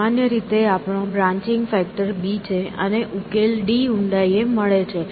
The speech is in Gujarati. સામાન્ય રીતે આપણો બ્રાન્ચિન્ગ ફેક્ટર b છે અને ઉકેલ d ઊંડાઈ એ મળે છે